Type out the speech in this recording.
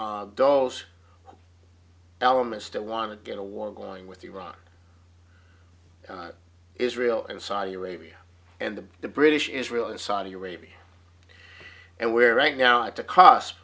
those elements that want to get a war going with iraq israel and saudi arabia and the british israel and saudi arabia and we are right now at the cost